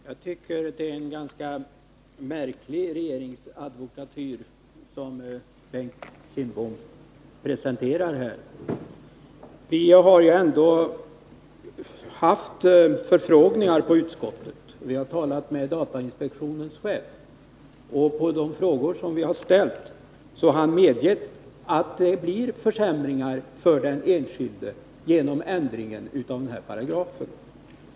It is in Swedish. Fru talman! Jag tycker det är en ganska märklig regeringsadvokatyr som Bengt Kindbom presenterar här. Vi har ju ändå haft utfrågningar i utskottet, och vi har talat med datainspektionens chef. Som svar på de frågor vi ställde har han medgett att det blir försämringar för den enskilde genom en ändring av den här paragrafen.